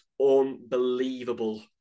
unbelievable